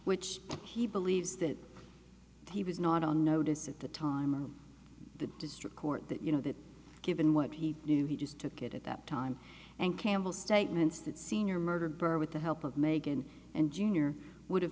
which he believes that he was not on notice at the time of the district court that you know that given what he knew he just took it at that time and campbell statements that senior murdered byrd with the help of megan and jr would have